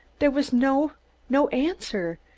there was no no answer.